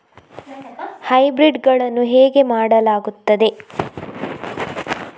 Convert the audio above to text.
Hybrid ಗಳನ್ನು ಹೇಗೆ ಮಾಡಲಾಗುತ್ತದೆ?